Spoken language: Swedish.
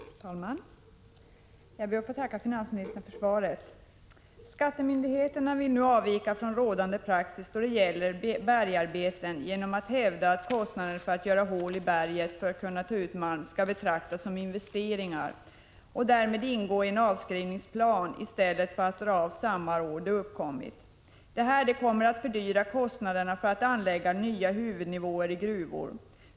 Fru talman! Jag ber att få tacka finansministern för svaret. Skattemyndigheterna vill nu avvika från rådande praxis då det gäller bergarbeten, genom att hävda att kostnaderna för att göra hål i berget för att kunna ta ut malm skall betraktas som investeringar och därmed ingå i en avskrivningsplan, i stället för att dras av samma år som de uppkommit. Detta kommer att fördyra anläggandet av nya huvudnivåer i gruvor.